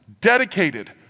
dedicated